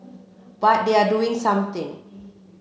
but they are doing something